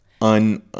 Un